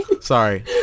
Sorry